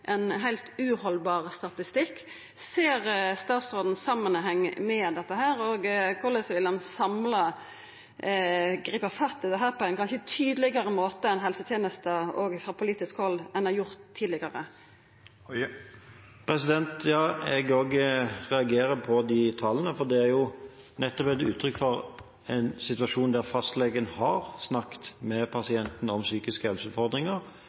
ein heilt uhaldbar statistikk. Ser statsråden samanhengen i dette, og korleis vil han samla gripa fatt i dette på ein kanskje tydelegare måte enn det ein i helsetenesta og frå politisk hald har gjort tidlegare? Ja, jeg også reagerer på de tallene, for dette er jo situasjoner hvor fastlegen har snakket med pasienten om